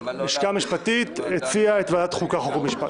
הלשכה המשפטית הציעה את ועדת החוקה, חוק ומשפט.